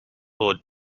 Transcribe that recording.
lord